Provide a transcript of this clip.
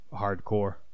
hardcore